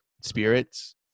spirits